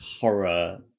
horror